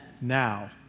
now